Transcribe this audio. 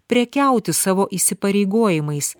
prekiauti savo įsipareigojimais